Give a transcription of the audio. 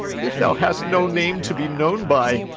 if thou hast no name to be known by,